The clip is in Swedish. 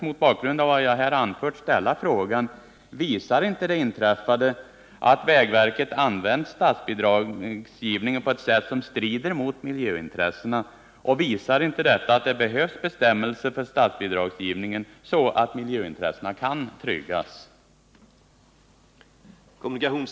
Mot bakgrund av vad jag här anfört vill jag ställa frågan: Visar inte det inträffade att vägverket använt statsbidragsgivningen på ett sätt som strider mot miljöintressena? Visar inte detta att det behövs bestämmelser för statsbidragsgivningen så att miljöintressena kan tryggas?